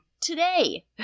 today